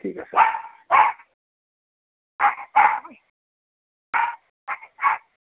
ঠিক আছে